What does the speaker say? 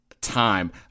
time